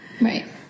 Right